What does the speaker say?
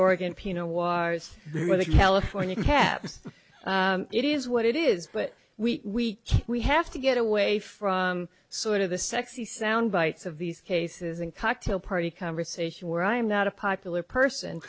oregon pino juarez or the california cap it is what it is but we we have to get away from sort of the sexy sound bites of these cases and cocktail party conversation where i am not a popular person